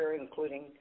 including